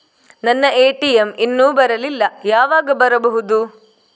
ನನ್ನ ಎ.ಟಿ.ಎಂ ಇನ್ನು ಬರಲಿಲ್ಲ, ಯಾವಾಗ ಬರಬಹುದು?